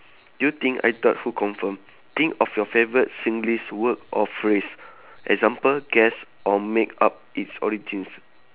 you think I thought who confirm think of your favourite singlish word or phrase example guess or make up it's origins